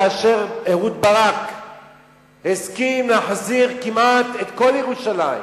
אהוד ברק הסכים להחזיר כמעט את כל ירושלים,